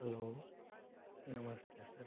hello नमस्ते sir